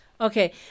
okay